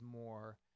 more